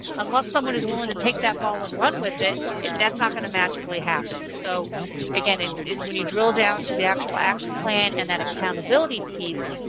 unless someone is willing to take that ball and run with it, that's not going to magically happen. so again, it's it's when you drill down to the actual action plan and that accountability piece,